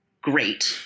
great